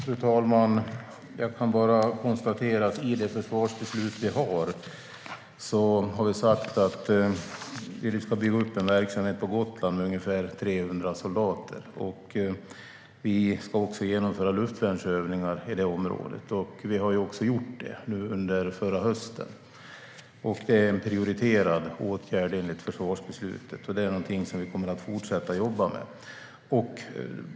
Fru talman! Jag kan bara konstatera att i försvarsbeslutet sa vi att det ska byggas upp en verksamhet på Gotland med ungefär 300 soldater. Det ska också genomföras luftvärnsövningar i det området, och det genomfördes under förra hösten. Det är en prioriterad åtgärd enligt försvarsbeslutet, och det kommer vi att fortsätta att jobba med.